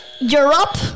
Europe